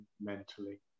mentally